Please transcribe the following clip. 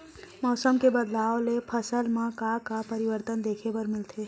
मौसम के बदलाव ले फसल मा का का परिवर्तन देखे बर मिलथे?